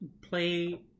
Play